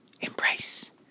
embrace